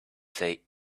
say